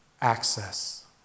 access